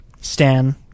Stan